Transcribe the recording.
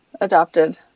adopted